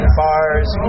bars